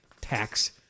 tax